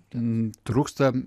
ten trūksta